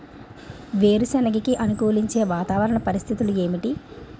వేరుసెనగ కి అనుకూలించే వాతావరణ పరిస్థితులు ఏమిటి?